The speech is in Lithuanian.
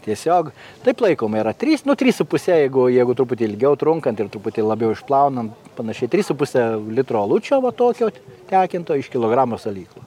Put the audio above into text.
tiesiog taip laikoma yra trys nu trys su puse jeigu jeigu truputį ilgiau trunkant ir truputį labiau išplaunant panašiai trys su puse litro alučio va tokio tekinto iš kilogramo salyklo